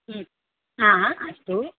आ अस्तु